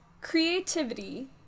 creativity